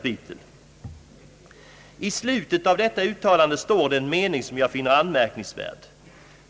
I slutet av detta uttalande står det en mening som jag finner anmärkningsvärd.